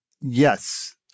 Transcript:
Yes